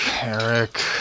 Eric